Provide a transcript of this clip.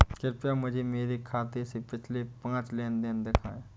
कृपया मुझे मेरे खाते से पिछले पांच लेन देन दिखाएं